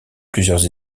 plusieurs